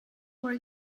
were